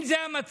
אם זה המצב,